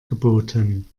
geboten